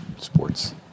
sports